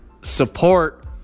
support